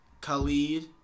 Khalid